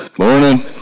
morning